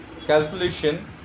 calculation